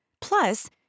Plus